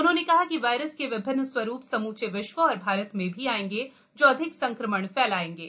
उन्होंने कहा कि वायरस के विभिन्न स्वरूप समुचे विश्व और भारत में भी आएंगे जो अधिक संक्रमण फैलायेंगे